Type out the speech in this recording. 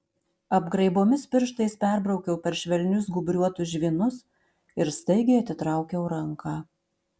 apgraibomis pirštais perbraukiau per švelnius gūbriuotus žvynus ir staigiai atitraukiau ranką